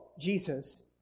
Jesus